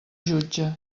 jutge